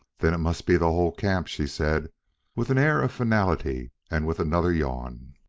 then it must be the whole camp, she said with an air of finality and with another yawn.